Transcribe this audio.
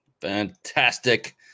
Fantastic